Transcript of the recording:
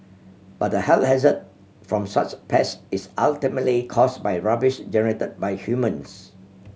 but the health hazard from such pests is ultimately caused by rubbish generated by humans